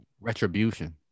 retribution